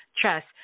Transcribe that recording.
trust